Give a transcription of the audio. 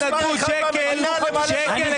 שקל אחד הוא לא לקח.